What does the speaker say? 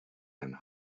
and